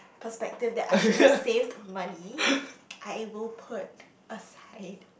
perspective that I should have saved money I able put aside